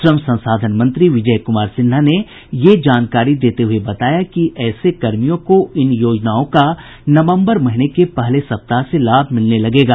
श्रम संसाधन मंत्री विजय कुमार सिन्हा ने यह जानकारी देते हये बताया कि ऐसे कर्मियों को इन योजनाओं का नवम्बर महीने के पहले सप्ताह से लाभ मिलने लगेगा